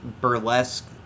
burlesque